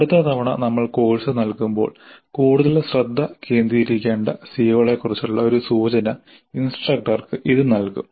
അടുത്ത തവണ നമ്മൾ കോഴ്സ് നൽകുമ്പോൾ കൂടുതൽ ശ്രദ്ധ കേന്ദ്രീകരിക്കേണ്ട സിഒകളെക്കുറിച്ചുള്ള ഒരു സൂചന ഇൻസ്ട്രക്ടർക്ക് ഇത് നൽകും